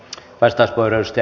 arvoisa puhemies